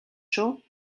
шүү